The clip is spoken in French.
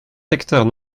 secteurs